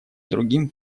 другим